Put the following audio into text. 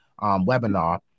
webinar